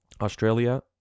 Australia